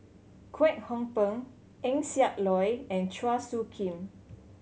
Kwek Hong Png Eng Siak Loy and Chua Soo Khim